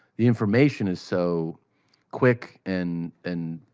the information is so quick, and and.